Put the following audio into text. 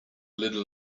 little